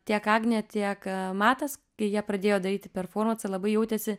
tiek agnė tiek matas kai jie pradėjo daryti performansą labai jautėsi